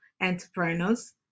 entrepreneurs